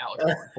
Alex